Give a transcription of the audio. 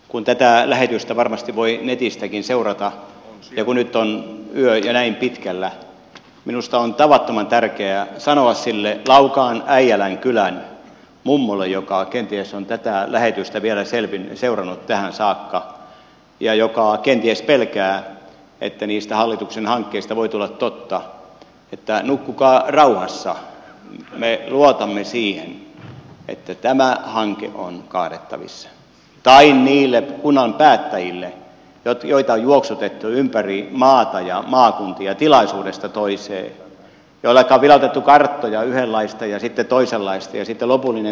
kun tätä lähetystä varmasti voi netistäkin seurata ja nyt on yö jo näin pitkällä minusta on tavattoman tärkeää sanoa sille laukaan äijälän kylän mummolle joka kenties on tätä lähetystä vielä seurannut tähän saakka ja joka kenties pelkää että niistä hallituksen hankkeista voi tulla totta että nukkukaa rauhassa me luotamme siihen että tämä hanke on kaadettavissa tai niille kunnan päättäjille joita on juoksutettu ympäri maata ja maakuntia tilaisuudesta toiseen joilleka on vilautettu karttoja yhdenlaista ja sitten toisenlaista ja sitten lopullinen totuus